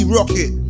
Rocket